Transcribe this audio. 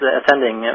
attending